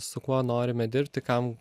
su kuo norime dirbti kam